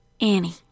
Annie